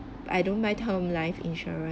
I don't mind term life insurance